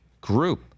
group